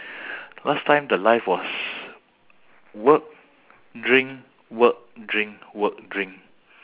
last time the life was work drink work drink work drink